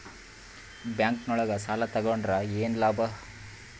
Bank ನೊಳಗ ಸಾಲ ತಗೊಂಡ್ರ ಏನು ಲಾಭ?